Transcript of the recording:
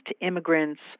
immigrants